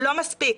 לא מספיק,